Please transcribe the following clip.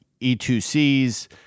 E2Cs